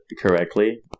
correctly